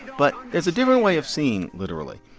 but there's a different way of seeing literally.